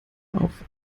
auf